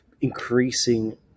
increasing